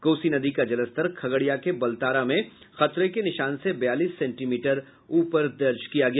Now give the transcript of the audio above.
कोसी नदी का जलस्तर खगड़िया के बलतारा में खतरे के निशान से बयालीस सेंटीमीटर ऊपर था